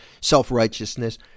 self-righteousness